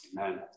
Amen